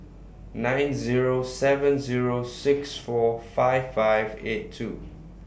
nine Zero seven Zero six four five five eight two